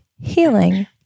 healing